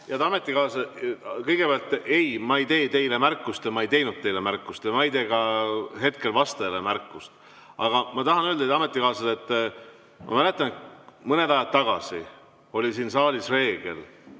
Head ametikaaslased! Kõigepealt, ei, ma ei tee teile märkust ja ma ei teinud teile märkust ja ma ei tee ka hetkel vastajale märkust. Aga ma tahan öelda, head ametikaaslased, et ma mäletan, kuidas mõned ajad tagasi oli siin saalis reegel,